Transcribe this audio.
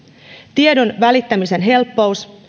tiedon välittämisen helppous